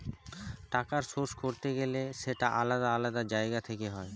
টাকার সোর্স করতে গেলে সেটা আলাদা আলাদা জায়গা থেকে হয়